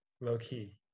low-key